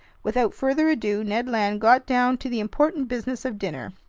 without further ado, ned land got down to the important business of dinner.